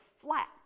flat